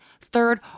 third